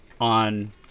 on